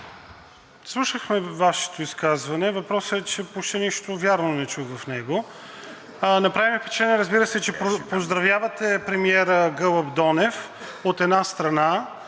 Слушахме Вашето изказване. Въпросът е, че почти нищо вярно не чух в него. Направи ми впечатление, разбира се, че поздравявате премиера Гълъб Донев, от една страна,